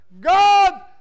God